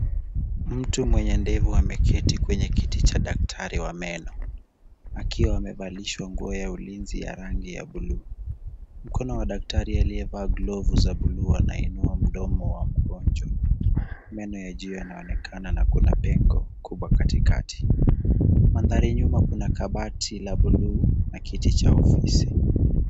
Mtu mwenye ndevu ameketi kwenye kiti cha daktari wa meno. Akiwa amevalishwa nguo ya ulinzi ya rangi ya buluu. Mkono wa daktari aliyevaa glovu za buluu ana inua mdomo wa mgonjwa. Meno ya juu yanaonekana na kuna pengo kubwa katikati. Mandhari nyuma kuna kabati la buluu na kiti cha ofisi.